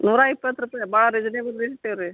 ನೂರ ಇಪ್ಪತ್ತು ರೂಪಾಯಿ ಭಾಳ ರೀಸನೆಬಲ್ ರೇಟ್ ಇಟ್ಟೇವೆ ರೀ